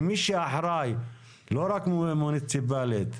ומי שאחראי לא רק מוניציפלית,